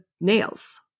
nails